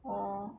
oh